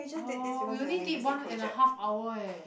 orh we only did one and a half hour eh